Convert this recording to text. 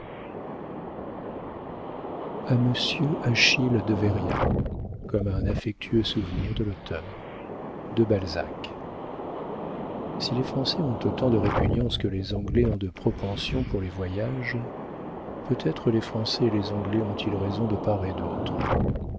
achille devéria comme un affectueux souvenir de l'auteur de balzac si les français ont autant de répugnance que les anglais ont de propension pour les voyages peut-être les français et les anglais ont-ils raison de part et d'autre